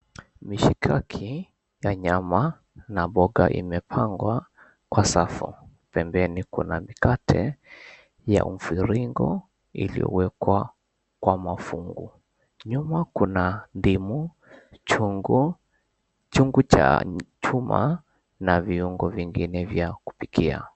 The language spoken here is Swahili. Mishikaki ya nyama na mboga imepangwa kwa safu. Pembeni kuna mikate ya mviringo iliyowekwa kwa mafungu. Nyuma kuna ndimu, chungu, chungu cha chuma na viungo vingine vya kupikia.